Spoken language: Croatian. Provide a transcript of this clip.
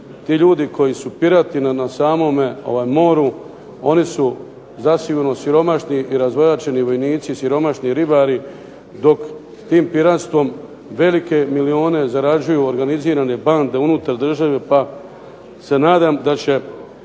ti ljudi koji su pirati na samome moru oni su zasigurno siromašni i razvojačeni vojnici, siromašni ribari, dok tim piratstvom velike milijone zarađuju organizirane bande unutar države pa se nadam da će